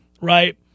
right